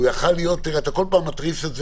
אתה כל פעם מתריס את זה,